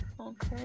Okay